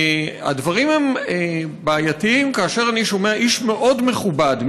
והדברים הם בעייתיים כאשר אני שומע איש מאוד מכובד,